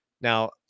Now